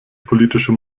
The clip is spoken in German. politische